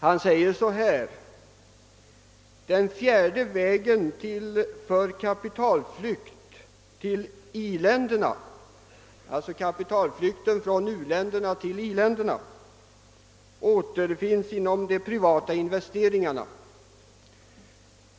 Han säger följande: »Den fjärde vägen för kapitalflykt till i-länderna» — alltså kapitalflykt från u-länderna till i-länderna — »återfinns inom de privata investeringarna.